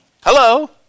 Hello